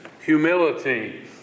Humility